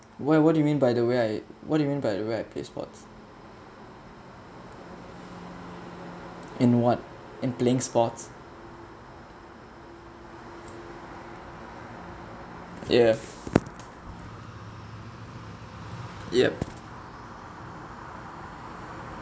why what do you mean by the way I what do you mean by the way I play sports in what in playing sports yeah yup